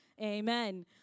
Amen